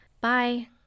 Bye